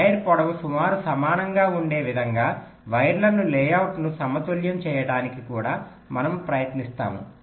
wire పొడవు సుమారు సమానంగా ఉండే విధంగా వైర్లను లేఅవుట్ను సమతుల్యం చేయడానికి కూడా మనము ప్రయత్నిస్తాము